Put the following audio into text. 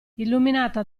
illuminata